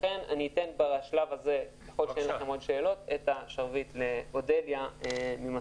לכן בשלב זה אני אתן את השרביט לאודליה ממס"ב.